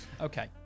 Okay